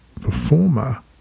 performer